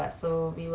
mm